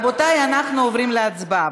רבותיי, אנחנו עוברים להצבעה.